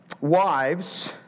Wives